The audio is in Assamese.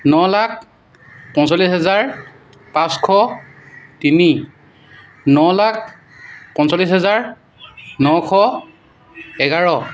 ন লাখ পঞ্চল্লিছ হাজাৰ পাঁচশ তিনি ন লাখ পঞ্চল্লিছ হাজাৰ নশ এঘাৰ